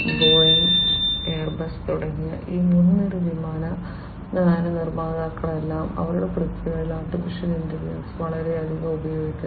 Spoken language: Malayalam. ബോയിംഗ് എയർബസ് തുടങ്ങിയ ഈ മുൻനിര വിമാന നിർമ്മാതാക്കളെല്ലാം അവരുടെ പ്രക്രിയകളിൽ AI വളരെയധികം ഉപയോഗിക്കുന്നു